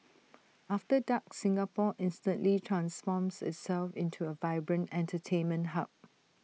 after dark Singapore instantly transforms itself into A vibrant entertainment hub